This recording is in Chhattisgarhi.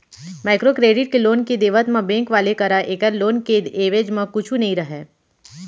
माइक्रो क्रेडिट के लोन के देवत म बेंक वाले करा ऐखर लोन के एवेज म कुछु नइ रहय